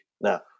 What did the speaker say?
now